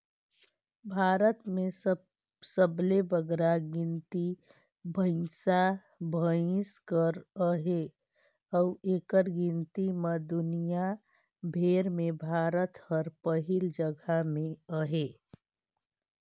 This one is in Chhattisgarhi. भारत में सबले बगरा गिनती भंइसा भंइस कर अहे अउ एकर गिनती में दुनियां भेर में भारत हर पहिल जगहा में अहे